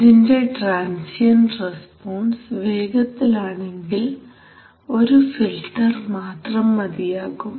ഇതിൻറെ transient response വേഗത്തിൽ ആണെങ്കിൽ ഒരു ഫിൽറ്റർ മാത്രം മതിയാകും